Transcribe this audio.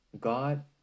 God